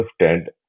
shifted